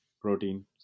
protein